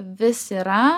vis yra